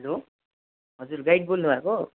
hello हजुर guide बोल्नु भएको